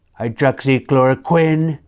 hydroxychloroquine.